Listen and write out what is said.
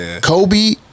Kobe